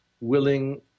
willing